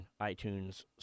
iTunes